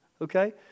okay